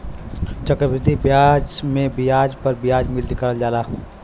चक्रवृद्धि बियाज मे बियाज प बियाज निकालल जाला